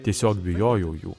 tiesiog bijojau jų